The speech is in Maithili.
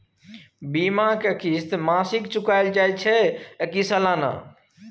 बीमा के किस्त मासिक चुकायल जाए छै की सालाना?